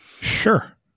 Sure